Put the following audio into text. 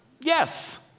Yes